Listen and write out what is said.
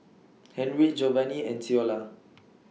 Henriette Jovani and Ceola